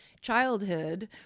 childhood